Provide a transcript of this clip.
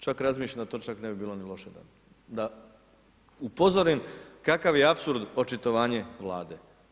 Čak razmišljam da to ne bi bilo ni loše da upozorim kakav je apsurd očitovanje Vlade.